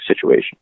situation